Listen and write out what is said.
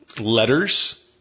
letters